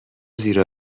زیر